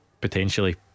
potentially